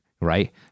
right